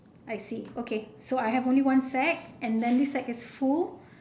I see okay so I have only one sack and this sack is full